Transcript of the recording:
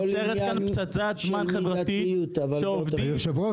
אני אומר שנוצרת כאן פצצת זמן חברתית שעובדים --- היו"ר,